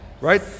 Right